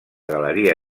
galeria